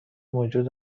موجود